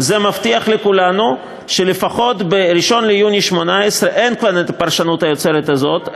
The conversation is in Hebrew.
זה מבטיח לכולנו שלפחות ב-1 ביוני 18' כבר לא תהיה הפרשנות היוצרת הזאת,